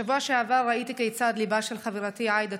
בשבוע שעבר ראיתי כיצד ליבה של חברתי עאידה